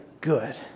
good